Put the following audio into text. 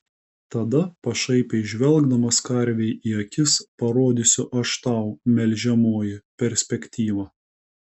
tada pašaipiai žvelgdamas karvei į akis parodysiu aš tau melžiamoji perspektyvą